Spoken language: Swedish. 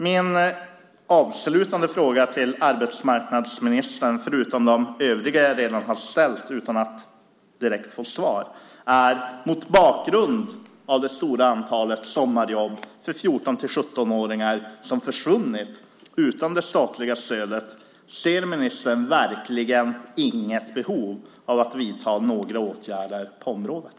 Mot bakgrund av det stora antalet sommarjobb för 14-17-åringar som har försvunnit utan det statliga stödet är min avslutande fråga till arbetsmarknadsministern, förutom de övriga jag redan har ställt utan att direkt få svar: Ser ministern verkligen inte något behov av att vidta några åtgärder på området?